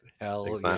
Hell